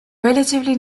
relatively